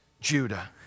Judah